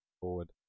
forward